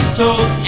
told